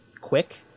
quick